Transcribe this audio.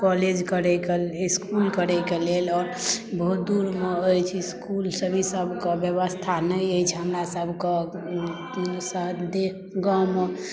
इसकुल college करैके school करैके लेल आओर बहुत दूरमे अछि इसकुल सभ ईसभके व्यवस्था नहि अछि हमरा सभके गाँवमे